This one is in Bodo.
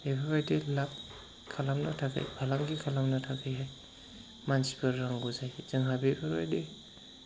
बेफोरबायदि लाब खालामनो थाखाय फालांगि खालामनो थाखाय मानसिफोर नांगौ जायो जोंहा बेफोरबायदि